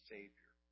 Savior